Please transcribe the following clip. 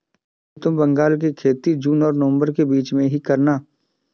प्रीतम तुम बांग्ला की खेती जून और नवंबर के बीच में ही करना